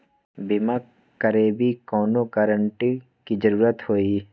बिमा करबी कैउनो गारंटर की जरूरत होई?